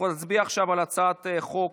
נצביע עכשיו על הצעת חוק